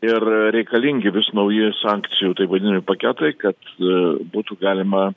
ir reikalingi vis nauji sankcijų taip vadinami paketai kad būtų galima